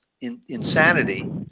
insanity